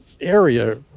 area